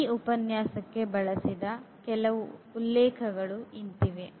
ಈ ಉಪನ್ಯಾಸಕ್ಕೆ ಉಪಯೋಗಿಸಿರುವ ಉಲ್ಲೇಖಗಳು ಇಂತಿವೆ